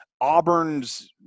Auburn's –